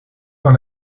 dans